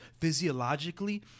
Physiologically